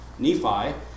Nephi